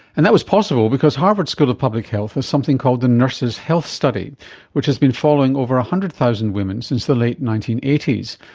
and that was possible because harvard school of public health has something called the nurses' health study which has been following over one hundred thousand women since the late nineteen eighty s,